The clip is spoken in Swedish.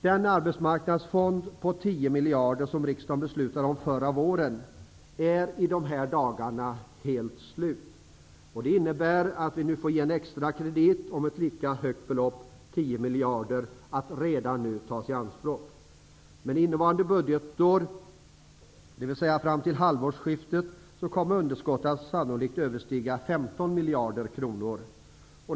Den arbetsmarknadsfond på 10 miljarder som riksdagen beslutade om förra våren är helt slut i dag. Det innebär att en extra kredit om samma belopp -- 10 miljarder -- redan nu får tas i anspråk. Under innevarande budgetår, dvs. fram till halvårsskiftet, kommer underskottet sannolikt att överstiga 15 miljarder kronor.